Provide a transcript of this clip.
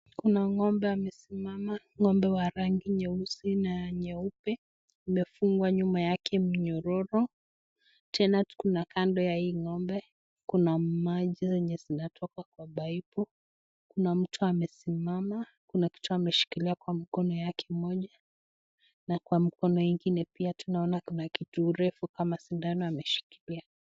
Kuna ng'ombe amesimama, ng'ombe ya rangi nyeusi na nyeupe, imefungwa nyuma yake minyororo, tena kando nyuma ya hii ng'ombe, kuna maji zenye zinatoka kwa paipu . Kuna mtu amesimama, kuna kitu ameshikilia kwa mkono yake moja, na kwa mkono ingine pia tunaona kuna kitu refu kama shindano ameshikilia.